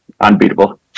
unbeatable